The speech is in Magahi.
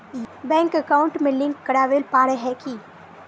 बैंक अकाउंट में लिंक करावेल पारे है की?